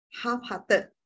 half-hearted